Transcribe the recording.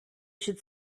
should